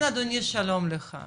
כן אדוני שלום לך,